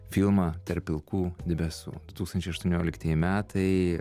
filmą tarp pilkų debesų du tūkstančiai aštuonioliktieji metai